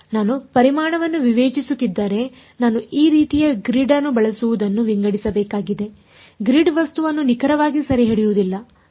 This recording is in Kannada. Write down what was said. ಆದ್ದರಿಂದ ನಾನು ಪರಿಮಾಣವನ್ನು ವಿವೇಚಿಸುತ್ತಿದ್ದರೆ ನಾನು ಈ ರೀತಿಯ ಗ್ರಿಡ್ ಅನ್ನು ಬಳಸುವುದನ್ನು ವಿಂಗಡಿಸಬೇಕಾಗಿದೆ ಗ್ರಿಡ್ ವಸ್ತುವನ್ನು ನಿಖರವಾಗಿ ಸೆರೆಹಿಡಿಯುವುದಿಲ್ಲ ಸರಿ